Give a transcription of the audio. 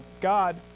God